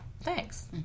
thanks